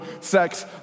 sex